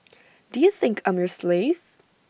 do you think I'm your slave